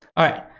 alright.